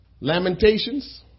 Lamentations